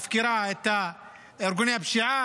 כי שר מגיע לריאיון טלוויזיוני ולא מצליח להגיד כמה